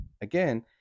Again